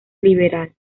liberal